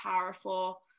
powerful